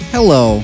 Hello